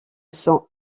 sont